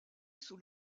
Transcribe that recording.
sous